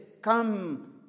come